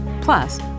Plus